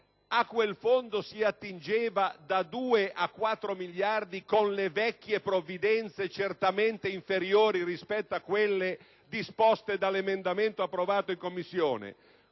a quel Fondo si attingeva da 2 a 4 miliardi con le vecchie provvidenze (certamente inferiori rispetto a quelle disposte dall'emendamento approvato in Commissione),